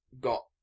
got